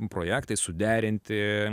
projektai suderinti